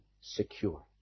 secure